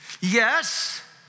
Yes